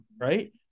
right